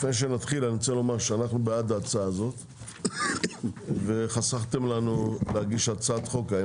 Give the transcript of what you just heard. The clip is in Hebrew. אנחנו בעד ההצעה הזאת וחסכתם לנו להגיש הצעת חוק.